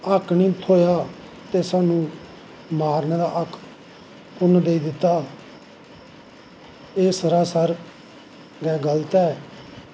हक्क नी थ्होया ते साह्नू मारनें दा हक्क कुन्न देई दित्ता एह् सरासर गल्त ऐ